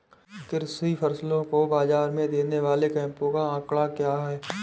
कृषि फसलों को बाज़ार में देने वाले कैंपों का आंकड़ा क्या है?